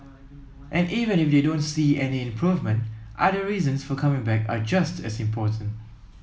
and even if they don't see any improvement other reasons for coming back are just as important